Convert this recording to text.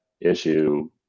issue